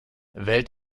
wählt